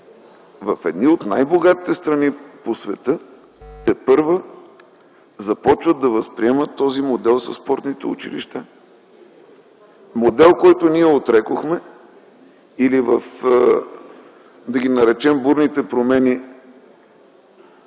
едни от най-богатите страни по света – тепърва започват да възприемат модела със спортните училища, модел, който ние отрекохме и в бурните промени